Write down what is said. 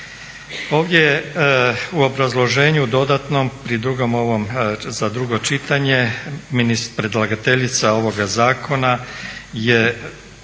Ovdje je u obrazloženju dodatnom pri drugom ovom, za drugo čitanje, predlagateljica ovoga zakona je